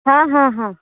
ହଁ ହଁ ହଁ